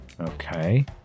Okay